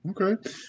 Okay